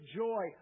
joy